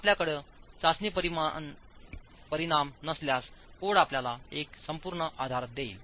आपल्याकडे चाचणी परिणाम नसल्यास कोड आपल्याला एक संपूर्ण आधार देईल